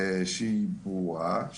שהיא ברורה.